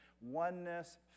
oneness